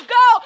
go